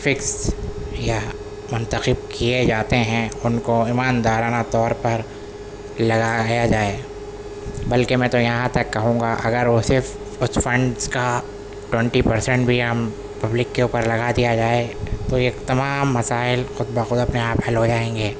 fix یا منتخب کیے جاتے ہیں ان کو ایماندارانہ طور پر لگایا جائے بلکہ میں تو یہاں تک کہوں گا اگر وہ صرف کچھ فنڈس کا ٹونٹی پرسینٹ بھی ہم پبلک کے اوپر لگا دیا جائے تو یہ تمام مسائل خود بخود اپنے آپ حل ہو جائیں گے